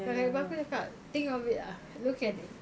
kakak ipar aku cakap think of it ah look at it